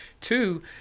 Two